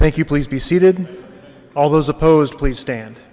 thank you please be seated all those opposed please stand